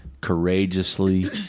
courageously